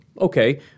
Okay